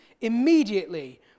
Immediately